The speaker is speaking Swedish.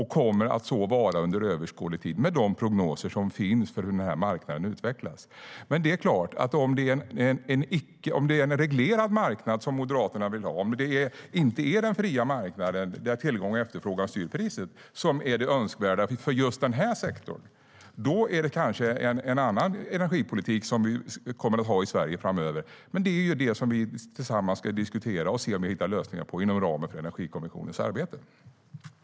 Det kommer den att vara under överskådlig tid, enligt de prognoser som finns för hur denna marknad utvecklas.